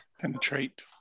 Penetrate